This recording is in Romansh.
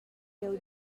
jeu